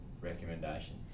recommendation